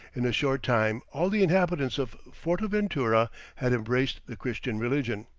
in a short time all the inhabitants of fortaventura had embraced the christian religion.